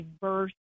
diverse